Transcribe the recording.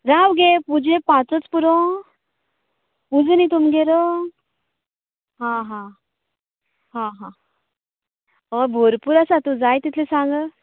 राव गे पुजये पांचच पुरो पुजा न्ही तुमगेर हां हां हां हां हय भरपुर आसात जाय तितलें सांग